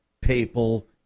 papal